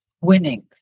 winning